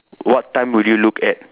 what time will you look at